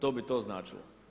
To bi to značilo.